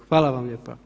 Hvala vam lijepa.